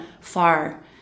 far